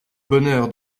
bonheur